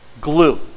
glue